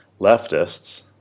Leftists